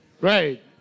Right